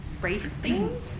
racing